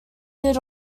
did